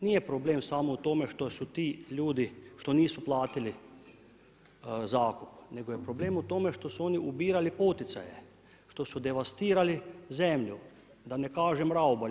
Nije problem samo u tom što su ti ljudi, što nisu platili zakup, nego je problem u tome što su oni ubirali poticaje, što su devastirali zemlju, da ne kažem raubali.